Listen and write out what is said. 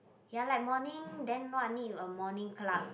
ya like morning then what need you a morning club